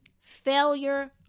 failure